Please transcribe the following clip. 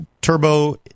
turbo